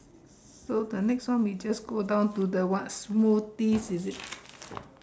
so the next one we just go down to the what smoothies is it